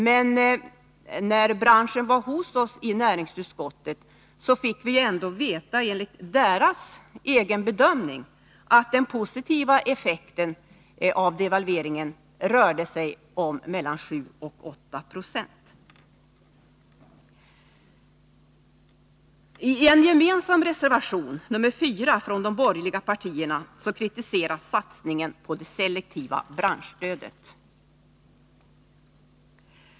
Men när företrädare för branschen var hos oss i näringsutskottet fick vi ändå veta att enligt deras egen bedömning rörde sig den positiva effekten av devalveringen om mellan 7 och 8 90. I en gemensam reservation, nr 4, från de borgerliga partierna kritiseras satsningen på det selektiva branschstödet.